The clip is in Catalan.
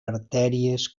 artèries